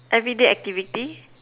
everyday activity